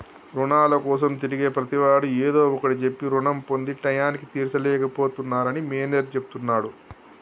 రుణాల కోసం తిరిగే ప్రతివాడు ఏదో ఒకటి చెప్పి రుణం పొంది టైయ్యానికి తీర్చలేక పోతున్నరని మేనేజర్ చెప్తున్నడు